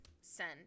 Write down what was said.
send